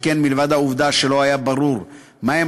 שכן מלבד העובדה שלא היה ברור מה הם